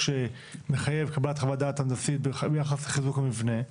שמחייב קבלת חוות דעת הנדסית ביחס לחיזוק המבנה.